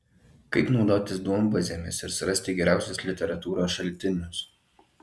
kaip naudotis duombazėmis ir surasti geriausius literatūros šaltinius